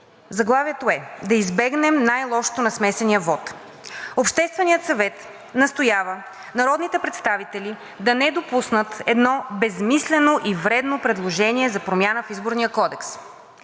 Заглавието е: „Да избегнем най-лошото на смесения вот.“ „Общественият съвет настоява народните представители да не допуснат едно безсмислено и вредно предложение за промяна в Изборния кодекс,